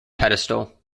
pedestal